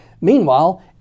Meanwhile